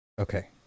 Okay